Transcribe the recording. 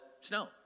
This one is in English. snow